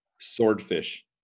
Swordfish